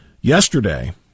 Yesterday